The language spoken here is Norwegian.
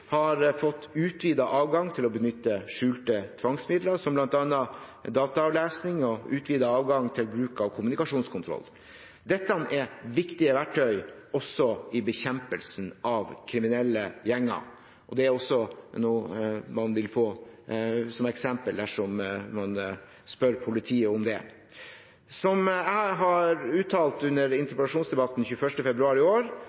har fått utvidet adgang til å benytte skjulte tvangsmidler, som bl.a. dataavlesing og utvidet adgang til bruk av kommunikasjonskontroll. Dette er viktige verktøy også i bekjempelsen av kriminelle gjenger, og det er også noe man vil få som eksempel dersom man spør politiet om det. Som jeg uttalte under interpellasjonsdebatten 21. februar i år,